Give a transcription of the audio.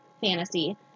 fantasy